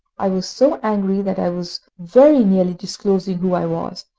i was so angry that i was very nearly disclosing who i was,